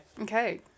Okay